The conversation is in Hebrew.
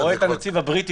אתה רואה את הנציב הבריטי.